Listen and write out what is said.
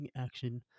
action